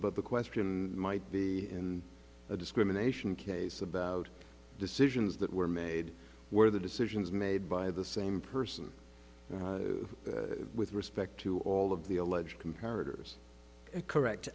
but the question might be in a discrimination case about decisions that were made where the decisions made by the same person with respect to all of the alleged co